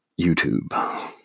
YouTube